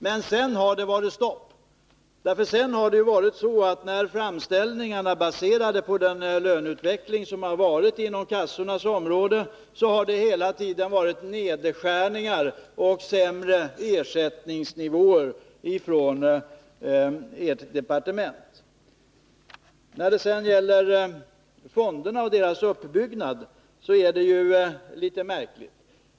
Men sedan har det varit stopp, därför att när en framställning baserats på den löneutveckling som har skett inom kassornas område, så har det hela tiden blivit nedskärningar och sämre ersättningsnivåer ifrån ert departements sida. När det sedan gäller fonderna och deras uppbyggnad är förhållandet litet märkligt.